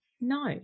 no